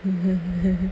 mmhmm mmhmm